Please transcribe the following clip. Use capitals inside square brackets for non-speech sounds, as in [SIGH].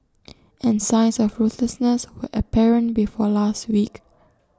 [NOISE] and signs of ruthlessness were apparent before last week